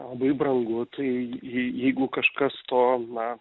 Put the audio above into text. labai brangu tai jei jeigu kažkas to na